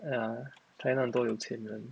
ya china 很多有钱人